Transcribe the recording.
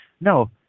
No